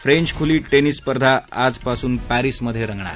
French खुली tennis स्पर्धा आजपासून पॅरिसमधे रंगणार